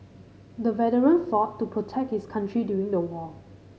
the veteran fought to protect his country during the war